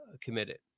committed